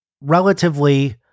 relatively